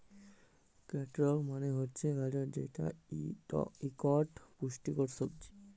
carrots মালে হছে গাজর যেট ইকট পুষ্টিকর সবজি